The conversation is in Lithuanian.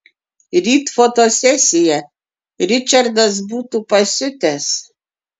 ryt fotosesija ričardas būtų pasiutęs